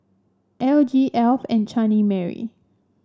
L G Alf and Chutney Mary